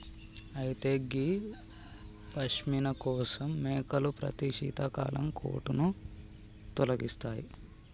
అయితే గీ పష్మిన కోసం మేకలు ప్రతి శీతాకాలం కోటును తొలగిస్తాయి